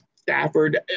Stafford